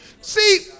See